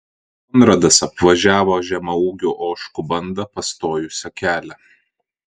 konradas apvažiavo žemaūgių ožkų bandą pastojusią kelią